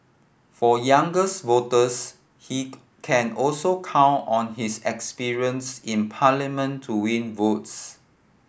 for younger voters he can also count on his experience in Parliament to win votes